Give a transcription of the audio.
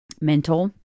mental